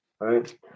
right